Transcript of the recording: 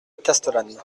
castellane